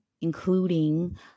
including